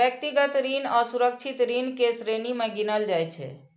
व्यक्तिगत ऋण असुरक्षित ऋण के श्रेणी मे गिनल जाइ छै